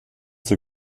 zur